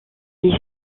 est